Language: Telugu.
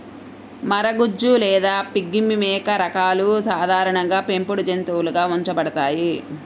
మరగుజ్జు లేదా పిగ్మీ మేక రకాలు సాధారణంగా పెంపుడు జంతువులుగా ఉంచబడతాయి